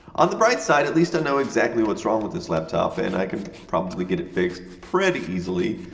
on the bright side, at least i know exactly what's wrong with this laptop, and i can probably get it fixed pretty easily.